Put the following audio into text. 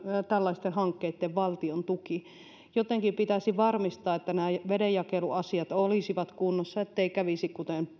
tällaisten hankkeitten valtiontuki jotenkin pitäisi varmistaa että vedenjakeluasiat olisivat kunnossa ettei kävisi kuten